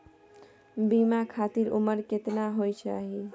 बीमा खातिर उमर केतना होय चाही?